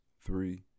three